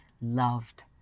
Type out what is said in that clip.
loved